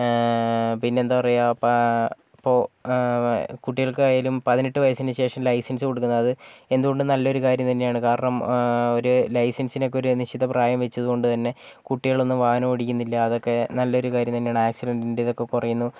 ഏഹ് പിന്നെന്താണ് പറയാ പ ഇപ്പോൾ ഏഹ് കുട്ടികൾക്കായാലും പതിനെട്ട് വയസിനുശേഷം ലൈസൻസ് കൊടുക്കുന്നത് എന്തുകൊണ്ടും നല്ലൊരു കാര്യം തന്നെയാണ് കാരണം ഏഹ് ഒരു ലൈസൻസിനൊക്കെയൊരു നിശ്ചിതപ്രായം വെച്ചതുകൊണ്ടുതന്നെ കുട്ടികളൊന്നും വാഹനമോടിക്കുന്നില്ല അതൊക്കെ നല്ലൊരു കാര്യം തന്നെയാണ് ആക്സിഡന്റിന്റെ ഇതൊക്കെ കുറയുന്നു